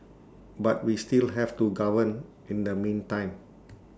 but we still have to govern in the meantime